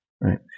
Right